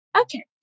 Okay